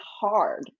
hard